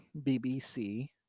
BBC